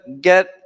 get